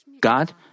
God